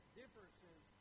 differences